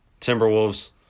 Timberwolves